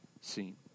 seen